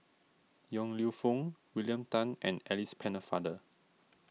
Yong Lew Foong William Tan and Alice Pennefather